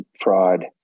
fraud